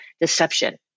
deception